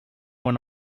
when